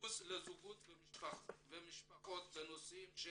ייעוץ לזוגות ומשפחות בנושאים של